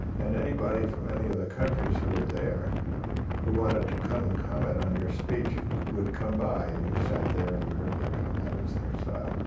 and anybody from any of the countries who were there who wanted to come and comment on your speech would come by. and you sat there and you heard their comments. that was their style.